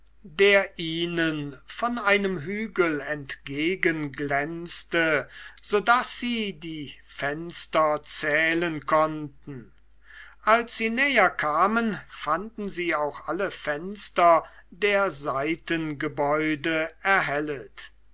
der ihnen von einem hügel entgegenglänzte so daß sie die fenster zählen konnten als sie näher kamen fanden sie auch alle fenster der seitengebäude erhellet